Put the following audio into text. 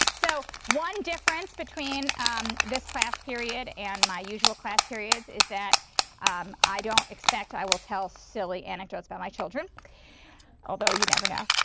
so one difference between this class period and my usual class periods is that um i don't expect i will tell silly anecdotes about my children although you never know.